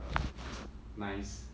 um nice